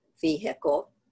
vehicle